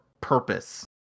purpose